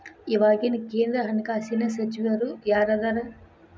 ಇವಾಗಿನ ಕೇಂದ್ರ ಹಣಕಾಸಿನ ಸಚಿವರು ಯಾರದರ